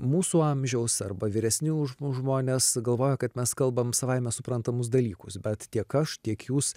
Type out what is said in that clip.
mūsų amžiaus arba vyresni už mus žmonės galvoja kad mes kalbam savaime suprantamus dalykus bet tiek aš tiek jūs